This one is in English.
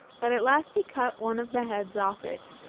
but at last he cut one of the heads off it.